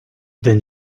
then